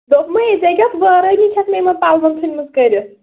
دوٚپمے ژےٚ کیٛاہ وٲرٲنی چھَتھ مےٚ یِمن پلون ژھُنۍمٕژ کٔرِتھ